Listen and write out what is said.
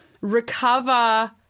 recover